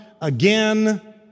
again